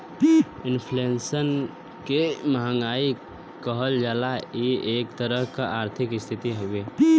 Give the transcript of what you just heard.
inflation क महंगाई कहल जाला इ एक तरह क आर्थिक स्थिति हउवे